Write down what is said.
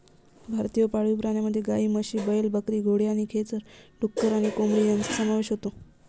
भारतीय पाळीव प्राण्यांमध्ये गायी, म्हशी, बैल, बकरी, घोडे आणि खेचर, डुक्कर आणि कोंबडी यांचा समावेश होतो